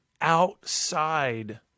outside